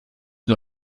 nur